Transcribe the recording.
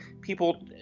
people